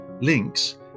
links